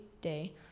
day